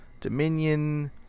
dominion